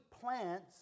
plants